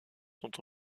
sont